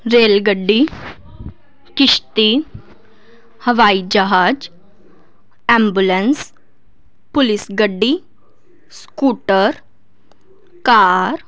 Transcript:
rail ਗੱਡੀ ਕਿਸ਼ਤੀ ਹਵਾਈ ਜਹਾਜ਼ ਐਬੂਲੈਂਸ ਪੁਲਿਸ ਗੱਡੀ ਸਕੂਟਰ ਕਾਰ